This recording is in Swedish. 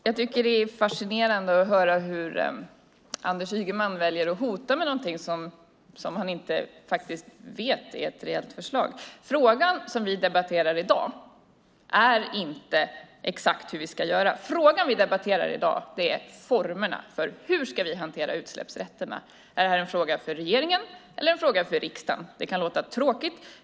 Fru talman! Det är fascinerande att höra hur Anders Ygeman väljer att hota med något som han inte vet är ett reellt förslag. Frågan vi debatterar i dag är inte hur vi ska göra utan formerna för hur vi ska hantera utsläppsrätterna. Är det en fråga för regering eller riksdag? Jag förstår att det kan låta tråkigt.